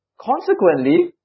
Consequently